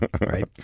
Right